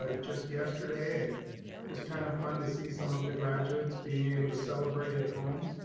ah just yesterday and it was kind of fun to see some of the graduates being able to celebrate at home,